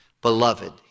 Beloved